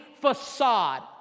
facade